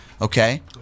Okay